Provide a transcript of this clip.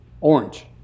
Orange